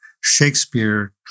Shakespeare